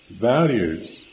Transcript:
values